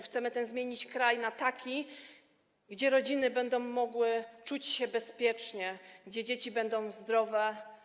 Chcemy zmienić ten kraj na taki, gdzie rodziny będą mogły czuć się bezpiecznie, gdzie dzieci będą zdrowe.